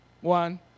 One